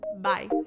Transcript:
Bye